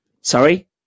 sorry